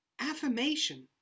affirmation